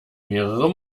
mehrere